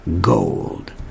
Gold